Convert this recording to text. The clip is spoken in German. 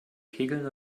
kegeln